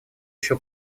еще